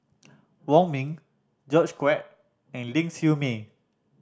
Wong Ming George Quek and Ling Siew May